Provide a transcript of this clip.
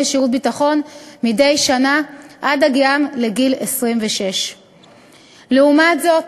לשירות ביטחון מדי שנה עד הגיעם לגיל 26. לעומת זאת,